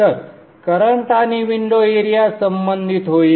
तर करंट आणि window area संबंधित होईल